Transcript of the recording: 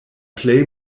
plej